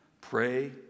pray